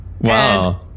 Wow